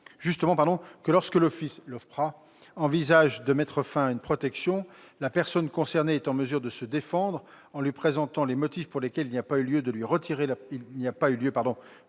précisément que, lorsque l'OFPRA envisage de mettre fin à une protection, la personne concernée est en mesure de se défendre en lui présentant les motifs pour lesquels il n'y a pas lieu de lui retirer la protection